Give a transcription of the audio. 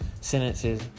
sentences